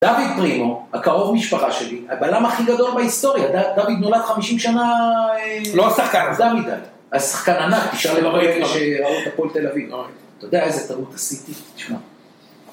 דוד פרימו, הקרוב משפחה שלי, הבן אדם הכי גדול בהיסטוריה, דוד נולד 50 שנה... לא השחקן? מוקדם מדי. השחקן ענק, תשאל את.. לא ראיתי.. כל אלה ש... בפועל תל אביב. לא מכיר... אתה יודע איזה טעות עשיתי. תשמע.